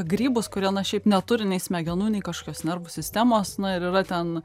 grybus kurie na šiaip neturi nei smegenų nei kažkokios nervų sistemos na ir yra ten